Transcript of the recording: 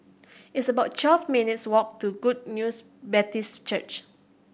it's about twelve minutes' walk to Good News Baptist Church